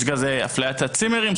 יש גם אפליית הצימרים,